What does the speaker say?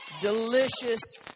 delicious